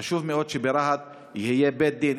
חשוב מאוד שברהט יהיה בית דין.